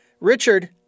Richard